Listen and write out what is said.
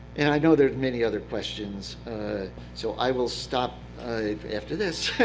and i know there are many other questions so i will stop after this.